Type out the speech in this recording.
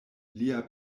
lia